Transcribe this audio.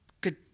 good